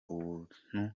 ubuntu